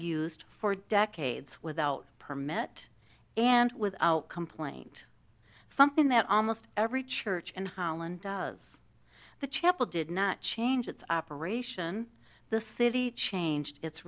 used for decades without a permit and without complaint something that almost every church in holland has the chapel did not change its operation the city changed it